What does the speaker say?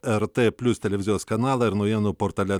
er tė plius televizijos kanalą ir naujienų portale